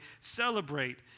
celebrate